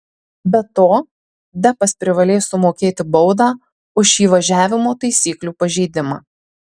be to deppas privalės sumokėti baudą už įvažiavimo taisyklių pažeidimą